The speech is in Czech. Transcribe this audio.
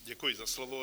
Děkuji za slovo.